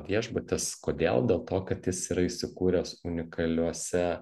viešbutis kodėl dėl to kad jis yra įsikūręs unikaliuose